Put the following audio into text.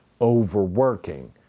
overworking